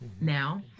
now